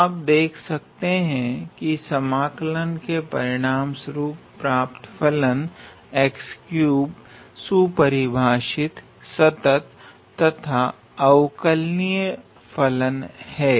आप देख सकते हैं कि समाकलन के परिणाम स्वरूप प्राप्त फलन सुपरिभाषित सतत तथा अवकलनिय फलन है